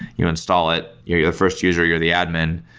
you install it, you're you're the first user, you're the admin,